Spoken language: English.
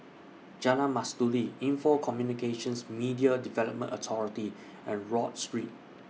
Jalan Mastuli Info Communications Media Development Authority and Rodyk Street